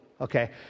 Okay